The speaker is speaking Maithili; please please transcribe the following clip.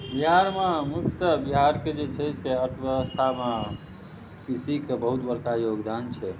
बिहारमे मुख्यतः बिहारके जे छै से अर्थव्यवस्थामे कृषिके बहुत बड़का योगदान छै